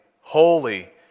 holy